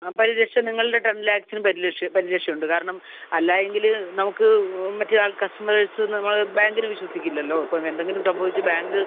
ആ പരിരക്ഷ നിങ്ങളുടെ ടെൻ ലാക്സിന് പരിരക്ഷ ഉണ്ട് കാരണം അല്ല എങ്കിൽ നമുക്ക് മറ്റേ ആൾ കസ്റ്റമേഴ്സ് നമ്മൾ ബാങ്കിനെ വിശ്വസിക്കില്ലല്ലോ ഇപ്പോൾ എന്തെങ്കിലും സംഭവിച്ച് ബാങ്ക്